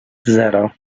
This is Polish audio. zero